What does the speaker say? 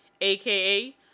aka